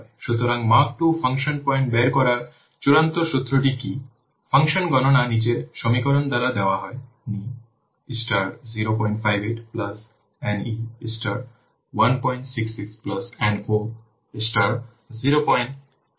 সুতরাং Mark II function point বের করার চূড়ান্ত সূত্রটি কী ফাংশন গণনা নিচের সমীকরণ দ্বারা দেওয়া হয় Ni star 0 58 plus Ne star 166 plus No star 026